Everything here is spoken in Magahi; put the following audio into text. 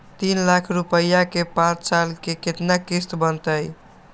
तीन लाख रुपया के पाँच साल के केतना किस्त बनतै?